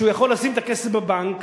כשהוא יכול לשים את הכסף בבנק,